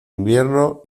invierno